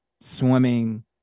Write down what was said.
Swimming